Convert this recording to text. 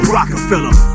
Rockefeller